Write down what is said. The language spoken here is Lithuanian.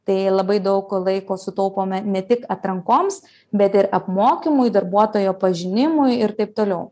tai labai daug laiko sutaupome ne tik atrankoms bet ir apmokymui darbuotojo pažinimui ir taip toliau